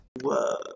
Whoa